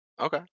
Okay